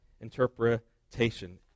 interpretation